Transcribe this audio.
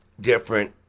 different